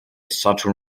saturn